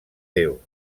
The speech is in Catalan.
déu